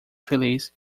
feliz